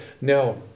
now